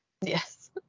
Yes